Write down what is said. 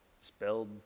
spelled